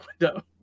window